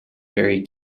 very